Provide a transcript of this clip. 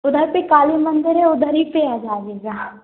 उधर पर काली मंदिर है उधर ही पर आ जाइएगा